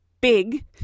big